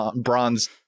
bronze